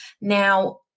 Now